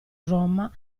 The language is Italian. roma